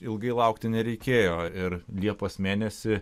ilgai laukti nereikėjo ir liepos mėnesį